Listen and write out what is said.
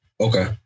Okay